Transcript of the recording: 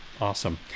Awesome